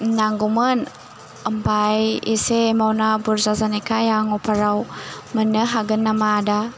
नांगौमोन आमफाय एसे एमाउडना बुरजा जानायखाय आं अफाराव मोननो हागोन नामा आदा